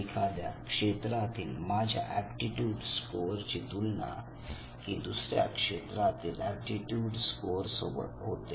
एखाद्या क्षेत्रातील माझ्या एप्टीट्यूड स्कोअर ची तुलना ही दुसऱ्या क्षेत्रातील एप्टीट्यूड स्कोअर सोबत होते